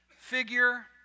figure